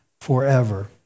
forever